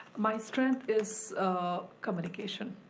my strength is communication.